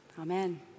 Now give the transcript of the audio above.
Amen